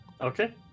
okay